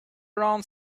around